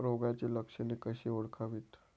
रोगाची लक्षणे कशी ओळखावीत?